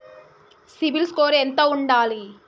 CIBIL score ఎంత ఉండాలే?